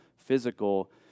physical